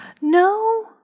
No